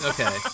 Okay